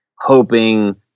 hoping